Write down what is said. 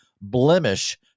blemish